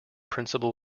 principal